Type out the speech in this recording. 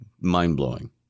mind-blowing